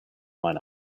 line